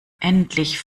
endlich